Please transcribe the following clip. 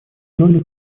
долли